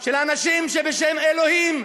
של אנשים שבשם אלוהים,